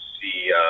see